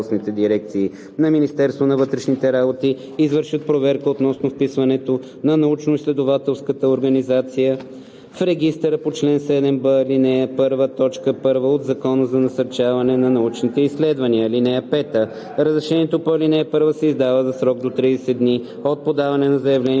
дирекции на Министерството на вътрешните работи извършват проверка относно вписването на научноизследователската организация в регистъра по чл. 7б, ал. 1, т. 1 от Закона за насърчаване на научните изследвания. (5) Разрешението по ал. 1 се издава в срок до 30 дни от подаване на заявлението,